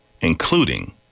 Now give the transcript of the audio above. including